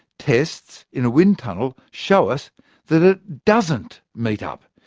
tests in a wind tunnel show us that it doesn't meet up.